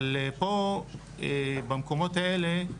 אבל פה, במקומות האלה,